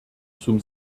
zum